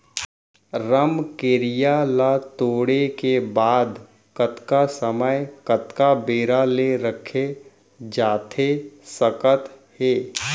रमकेरिया ला तोड़े के बाद कतका समय कतका बेरा ले रखे जाथे सकत हे?